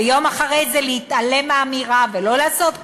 ויום אחרי זה להתעלם מהאמירה ולא לעשות כלום,